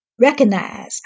Recognize